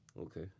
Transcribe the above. Okay